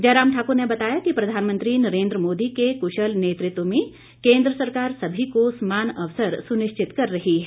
जयराम ठाकुर ने बताया कि प्रधानमंत्री नरेन्द्र मोदी के क्शल नेतृत्व में केन्द्र सरकार सभी को समान अवसर सुनिश्चित कर रही है